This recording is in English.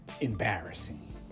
embarrassing